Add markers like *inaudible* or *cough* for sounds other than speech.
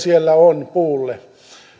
*unintelligible* siellä on puulle